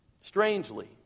strangely